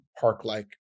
park-like